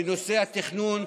בנושאי תכנון,